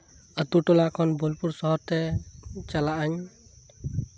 ᱟᱹᱛᱳ ᱴᱚᱞᱟ ᱠᱷᱚᱱ ᱵᱳᱞᱯᱩᱨ ᱥᱚᱦᱚᱨ ᱛᱮ ᱪᱟᱞᱟᱜᱼᱟᱹᱧ